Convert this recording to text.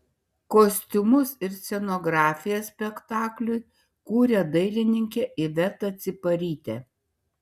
kostiumus ir scenografiją spektakliui kūrė dailininkė iveta ciparytė